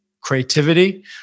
creativity